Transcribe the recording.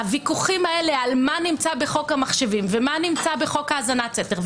הוויכוחים האלה על מה נמצא בחוק המחשבים ומה נמצא בחוק האזנת סתר,